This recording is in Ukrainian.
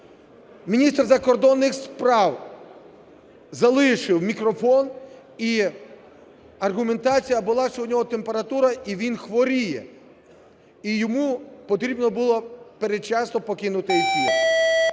міністр закордонних справ залишив мікрофон. І аргументація була, що у нього температура і він хворіє, і йому потрібно було передчасно покинути ефір.